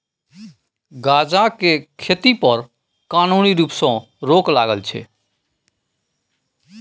गांजा केर खेती पर कानुनी रुप सँ रोक लागल छै